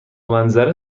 منظره